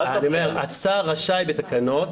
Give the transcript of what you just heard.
השר רשאי בתקנות,